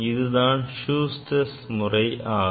இதுதான் Schuster's முறை ஆகும்